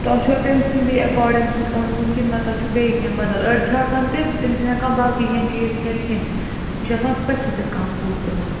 تۄہہِ چھوا تمٔۍ سٕنٛدے ایٚکارڈِنٛگ سُہ اوٚنمُت کنہٕ نَہ تۄہہِ چھو بیٚیہِ کیٚنٛہہ بَدَل أڑۍ چھِ آسان تِم تِم چھِنہٕ ہیٚکان باقٕے کیٚنٛہہ چیٖز کھیٚتھ کیٚنٛہہ یہِ چھُ آسان سٕپیٚسِفِک کانٛہہ فوڈ تِمَن